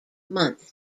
months